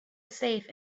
safe